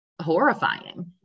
horrifying